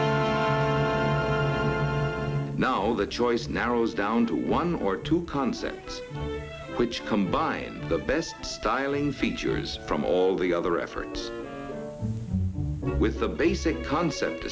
theme now the choice narrows down to one or two concepts which combine the best styling features from all the other efforts with the basic concept